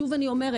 שוב אני אומרת,